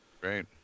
Great